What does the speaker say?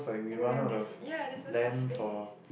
like the this ya there this much space